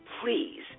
Please